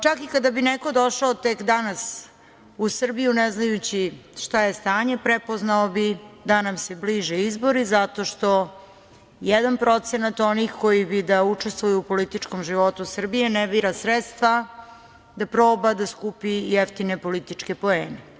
Čak i kada bi neko došao tek danas u Srbiju, ne znajući šta je stanje, prepoznao bi da nam se bliže izbori zato što jedan procenat onih koji bi da učestvuju u političkom životu Srbije ne bira sredstva da proba da skupi jeftine političke poene.